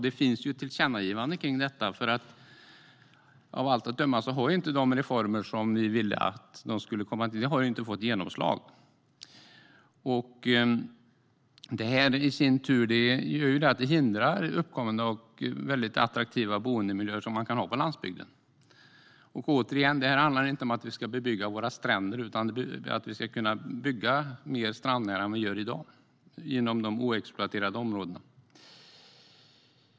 Det finns ett tillkännagivande om detta, för av allt att döma har inte de reformer som vi ville genomföra fått genomslag. Det gör i sin tur att det hindrar tillgången till väldigt attraktiva boendemiljöer som man kan ha på landsbygden. Återigen: Det här handlar inte om att man ska bebygga våra stränder, utan det handlar om att man ska kunna bygga mer strandnära än vad man gör i dag inom de oexploaterade områdena.